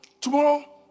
tomorrow